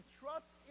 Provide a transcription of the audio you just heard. trust